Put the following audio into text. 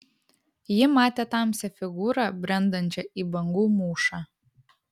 ji matė tamsią figūrą brendančią į bangų mūšą